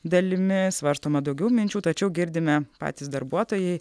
dalimi svarstoma daugiau minčių tačiau girdime patys darbuotojai